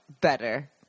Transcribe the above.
better